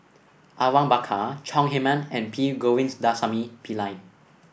Awang Bakar Chong Heman and P Govindasamy Pillai